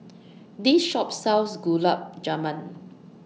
This Shop sells Gulab Jamun